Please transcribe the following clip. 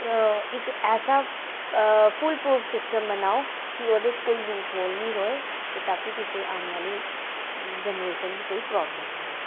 इक ऐसा foolproof system बनाओ कि ओह्दे च कोई लूपहोल निं र'वै ते ताकि कुसै आने आह्ली जनरेशन गी कोई प्रॉब्लम निं होऐ